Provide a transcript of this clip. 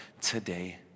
today